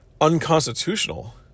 unconstitutional